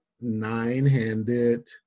nine-handed